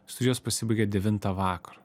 studijos pasibaigia devintą vakaro